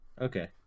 okay